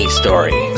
story